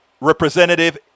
representative